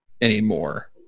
anymore